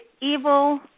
evil